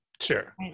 Sure